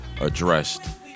Addressed